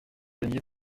aimiez